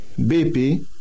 BP